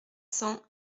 cents